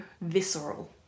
visceral